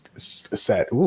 Set